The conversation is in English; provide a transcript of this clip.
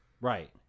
Right